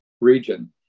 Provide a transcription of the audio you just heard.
region